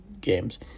games